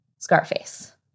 Scarface